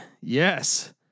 Yes